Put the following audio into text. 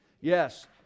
Yes